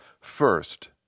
First